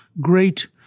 great